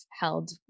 held